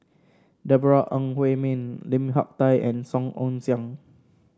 Deborah Ong Hui Min Lim Hak Tai and Song Ong Siang